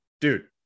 dude